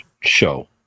show